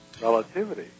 relativity